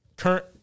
current